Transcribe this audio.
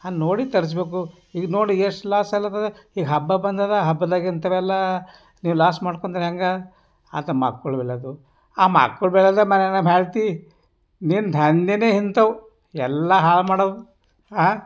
ಹಂಗೆ ನೋಡಿ ತರಿಸ್ಬೇಕು ಈಗ ನೋಡಿ ಎಷ್ಟು ಲಾಸ್ ಆಗ್ಲತ್ತದ ಈಗ ಹಬ್ಬ ಬಂದದ ಹಬ್ದಾಗ ಇಂಥವೆಲ್ಲ ನೀವು ಲಾಸ್ ಮಾಡಿಕೊಂಡ್ರೆ ಹೆಂಗೆ ಅಂತ ಮಕ್ಕಳು ಹೇಳೋದು ಆ ಮಕ್ಕಳು ಹೇಳೋದೆ ಮನೇಲಿ ನಮ್ಮ ಹೆಂಡತಿ ನಿನ್ನ ದಂಧೇನೆ ಇಂಥವು ಎಲ್ಲ ಹಾಳು ಮಾಡೋವು